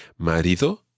Marido